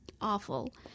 awful